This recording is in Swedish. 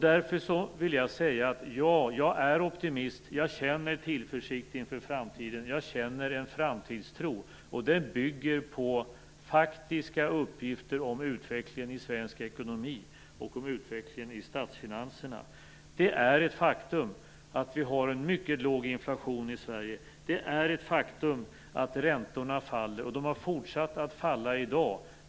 Därför vill jag säga att jag är optimist. Jag känner tillförsikt inför framtiden. Jag känner en framtidstro. Den bygger på faktiska uppgifter om utvecklingen i svensk ekonomi och om utvecklingen i statsfinanserna. Det är ett faktum att vi har en mycket låg inflation i Sverige. Det är ett faktum att räntorna faller, och de har fortsatt att falla i dag.